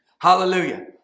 Hallelujah